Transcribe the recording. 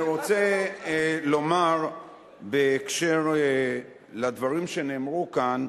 אני רוצה לומר בהקשר של הדברים שנאמרו כאן,